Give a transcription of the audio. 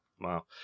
Wow